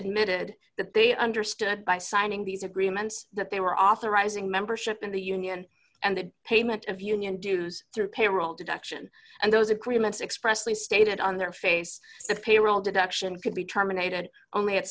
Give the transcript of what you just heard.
emitted that they understood by signing these agreements that they were authorizing membership in the union and that payment of union dues through payroll deduction and those agreements expressly stated on their face the payroll deduction can be terminated only